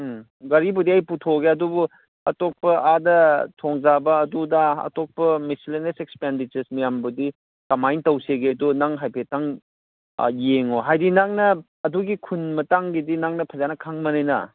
ꯎꯝ ꯒꯥꯔꯤꯕꯨꯗꯤ ꯑꯩ ꯄꯨꯊꯣꯛꯑꯒꯦ ꯑꯗꯨꯕꯨ ꯑꯇꯣꯞꯄ ꯑꯥꯗ ꯊꯣꯡ ꯆꯥꯕ ꯑꯗꯨ ꯑꯗꯥ ꯑꯇꯣꯞꯄ ꯃꯤꯁꯦꯂꯦꯅꯁ ꯑꯦꯛꯁꯄꯦꯟꯗꯤꯆꯔꯁ ꯃꯌꯥꯝꯕꯨꯗꯤ ꯀꯃꯥꯏ ꯇꯧꯁꯤꯒꯦ ꯑꯗꯨ ꯅꯪ ꯍꯥꯏꯐꯦꯠꯇꯪ ꯌꯦꯡꯉꯣ ꯍꯥꯏꯗꯤ ꯅꯪꯅ ꯑꯗꯨꯒꯤ ꯈꯨꯟ ꯃꯇꯥꯡꯒꯤꯗꯤ ꯅꯪꯅ ꯐꯖꯅ ꯈꯪꯕꯅꯤꯅ